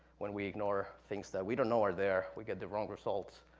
when we ignore things that we don't know are there, we get the wrong results,